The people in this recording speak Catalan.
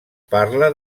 parla